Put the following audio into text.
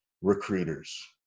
Recruiters